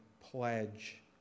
pledge